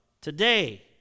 today